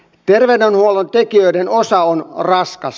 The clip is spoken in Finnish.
terveydenhuollon tekijöiden osa on raskas